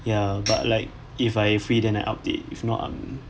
ya but like if I free then I update if not I'm